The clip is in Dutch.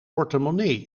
portemonnee